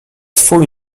swój